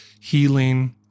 healing